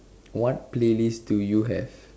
what playlist do you have